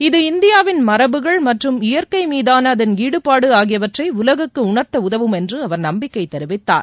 இது இந்தியாவின் மரபுகள் மற்றும் இயற்கை மீதான அதன் ஈடுபாடு ஆகியவற்றை உலகுக்கு உணர்த்த உதவும் என்று அவர் நம்பிக்கை தெரிவித்தார்